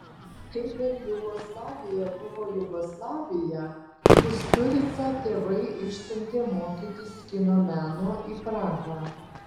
kai dar jugoslavija buvo jugoslavija kusturicą tėvai išsiuntė mokytis kino meno į prahą